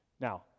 Now